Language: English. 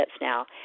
now